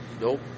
Nope